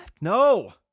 No